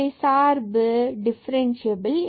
சார்பு டிஃபரன்சியபில் இல்லை